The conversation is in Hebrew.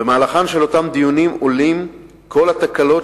במהלך אותם דיונים מועלות כל התקלות